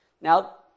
Now